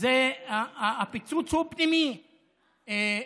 הפיצוץ הוא פנימי: